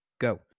go